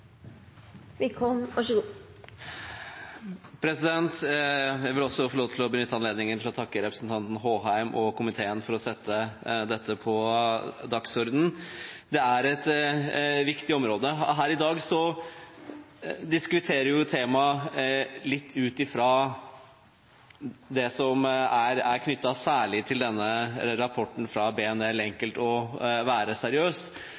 komiteen for å sette dette på dagsordenen. Det er et viktig område. Her i dag diskuterer vi temaet litt ut fra det som er knyttet særlig til denne rapporten fra BNL, Enkelt å være seriøs,